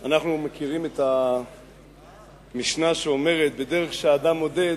אנחנו מכירים את המשנה שאומרת: בדרך שאדם מודד,